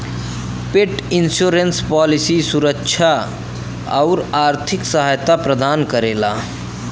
पेट insurance policy सुरक्षा आउर आर्थिक सहायता प्रदान करेला